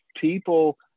people